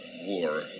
war